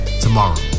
tomorrow